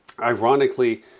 Ironically